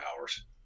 hours